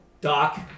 Doc